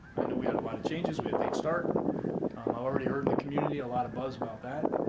i know we had a lot of changes. we had a late start. i've already heard in the community a lot of buzz about that.